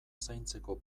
zaintzeko